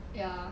ya